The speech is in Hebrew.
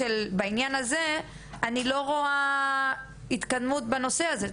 בעניין הזה, אני לא רואה התקדמות בנושא הזה.